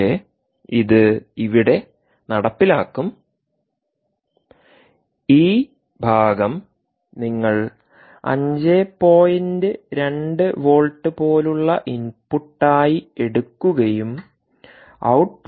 പക്ഷേ ഇത് ഇവിടെ നടപ്പിലാക്കും ഈ ഭാഗം നിങ്ങൾ 5